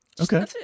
Okay